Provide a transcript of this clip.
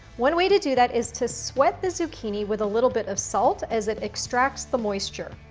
one way to do that is to sweat the zucchini with a little bit of salt, as it extracts the moisture.